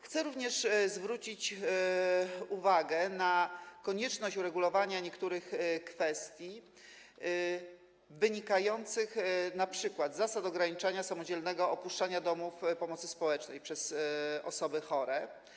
Chcę również zwrócić uwagę na konieczność uregulowania niektórych kwestii, np. zasad ograniczania możliwości samodzielnego opuszczania domów pomocy społecznej przez osoby chore.